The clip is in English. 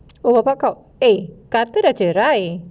oh bapa kau eh kata sudah cerai